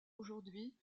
aujourd’hui